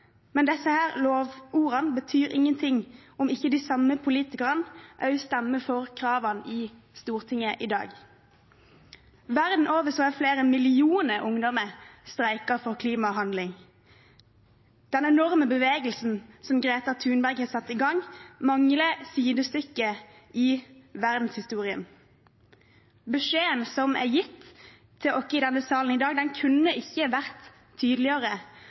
men disse lovordene betyr ingenting om ikke de samme politikerne også stemmer for kravene i Stortinget i dag. Verden over har flere millioner ungdommer streiket for klimahandling. Den enorme bevegelsen som Greta Thunberg har satt i gang, mangler sidestykke i verdenshistorien. Beskjeden som er gitt til oss i denne salen i dag, kunne ikke vært